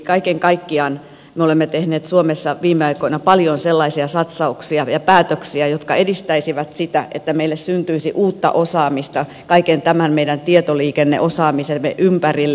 kaiken kaikkiaan me olemme tehneet suomessa viime aikoina paljon sellaisia satsauksia ja päätöksiä jotka edistäisivät sitä että meille syntyisi uutta osaamista kaiken tämän tietoliikenneosaamisemme ympärille